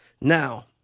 Now